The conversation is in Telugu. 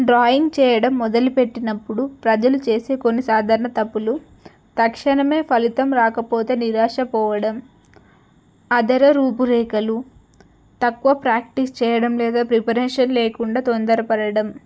డ్రాయింగ్ చెయ్యడం మొదలుపెట్టినప్పుడు ప్రజలు చేసే కొన్ని సాధారణ తప్పులు తక్షణమే ఫలితం రాకపోతే నిరాశపడిపోవడం అధర రూపురేఖలు తక్కువ ప్రాక్టీస్ చెయ్యడం లేదా ప్రిపరేషన్ లేకుండా తొందరపడడం